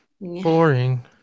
Boring